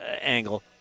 angle